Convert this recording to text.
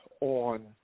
on